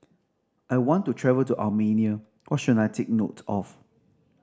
I want to travel to Armenia what should I take note of